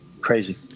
Crazy